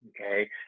okay